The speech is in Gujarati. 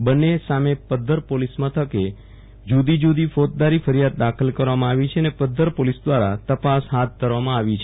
બજ્જે સામે પધ્ધર પોલીસ મથકે જુદી જુદી ફોજદારી ફરિયાદ દાખલ કરવામાં આવી છે અને પધ્ધર પોલીસ દ્વારા તપાસ હાથ ધરવામાં આવી છે